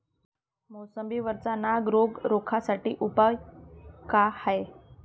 मोसंबी वरचा नाग रोग रोखा साठी उपाव का हाये?